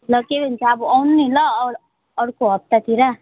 ल के भन्छ अब आउनु नि ल अ अर्को हप्तातिर